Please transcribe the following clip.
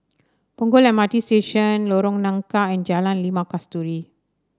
Punggol M R T Station Lorong Nangka and Jalan Limau Kasturi